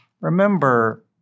Remember